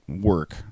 work